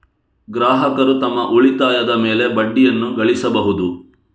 ಗ್ರಾಹಕರು ತಮ್ಮ ಉಳಿತಾಯದ ಮೇಲೆ ಬಡ್ಡಿಯನ್ನು ಗಳಿಸಬಹುದು